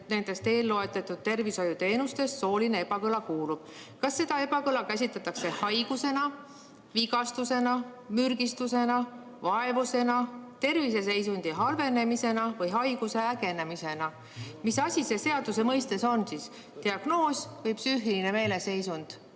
nendest eelloetletud tervishoiuteenustest sooline ebakõla kuulub – kas seda ebakõla käsitletakse haigusena, vigastusena, mürgistusena, vaevusena, terviseseisundi halvenemisena või haiguse ägenemisena? Mis asi see seaduse mõistes siis on: diagnoos või psüühiline meeleseisund?